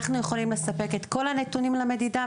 אנחנו יכולים לספק את כל הנתונים למדידה,